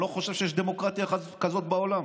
אני לא חושב שיש דמוקרטיה אחת כזאת בעולם.